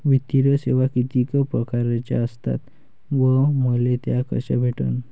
वित्तीय सेवा कितीक परकारच्या असतात व मले त्या कशा भेटन?